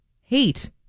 hate